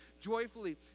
Joyfully